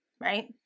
right